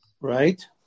Right